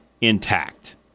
intact